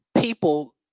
people